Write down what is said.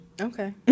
Okay